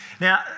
Now